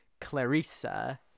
Clarissa